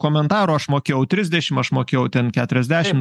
komentarų aš mokėjau trisdešim aš mokėjau ten keturiasdešim